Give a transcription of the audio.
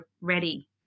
ready